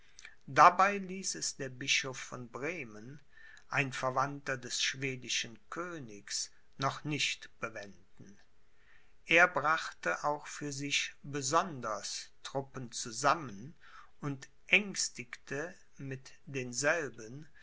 dabei ließ es der bischof von bremen ein verwandter des schwedischen königs noch nicht bewenden er brachte auch für sich besonders treppen zusammen und ängstigte mit denselben